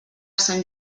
sant